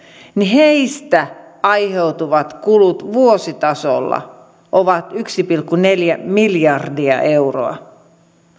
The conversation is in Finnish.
niin heistä aiheutuvat kulut vuositasolla ovat yksi pilkku neljä miljardia euroa